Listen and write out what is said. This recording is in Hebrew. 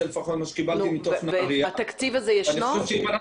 התקציב לזה קיים?